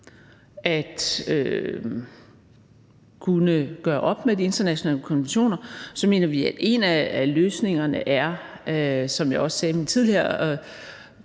at kunne gøre op med de internationale konventioner, mener vi, at en af løsningerne, som jeg også sagde i min